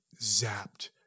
zapped